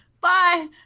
Bye